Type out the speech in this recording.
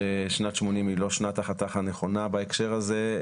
ששנת 80' היא לא שנת החתך הנכונה בהקשר הזה.